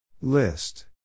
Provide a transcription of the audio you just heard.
List